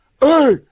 Hey